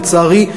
לצערי,